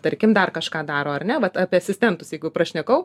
tarkim dar kažką daro ar ne vat apie asistentus jeigu prašnekau